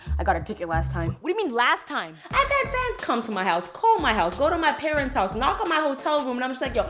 i got a ticket last time. what do you mean last time! i've had fans come to my house, call my house, go to my parents house, knock on my hotel room, and i'm just like, yo,